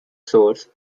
source